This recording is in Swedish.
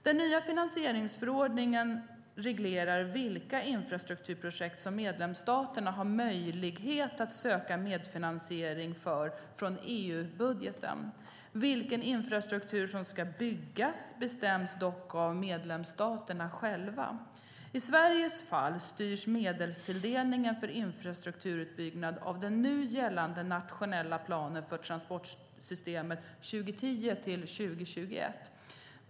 Den nya finansieringsförordningen reglerar vilka infrastrukturprojekt medlemsstaterna har möjlighet att söka medfinansiering för från EU-budgeten. Vilken infrastruktur som ska byggas bestäms dock av medlemsstaterna själva. I Sveriges fall styrs medelstilldelningen för infrastrukturutbyggnad av den nu gällande nationella planen för transportssystemet 2010-2021.